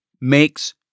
makes